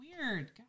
weird